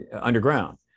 underground